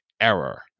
error